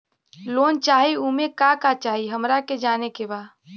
Loan चाही उमे का का चाही हमरा के जाने के बा?